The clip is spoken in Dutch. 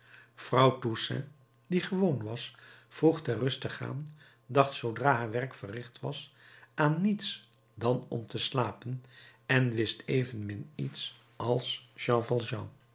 vrouw toussaint die gewoon was vroeg ter rust te gaan dacht zoodra haar werk verricht was aan niets dan om te slapen en wist evenmin iets als jean